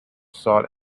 sought